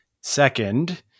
Second